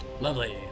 lovely